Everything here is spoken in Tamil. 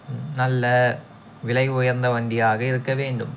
நல்ல விலை உயர்ந்த வண்டியாக இருக்க வேண்டும்